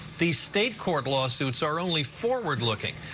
the state court lawsuits are only forward-looking.